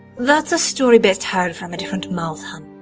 that's a story best heard from a different mouth hon.